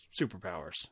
superpowers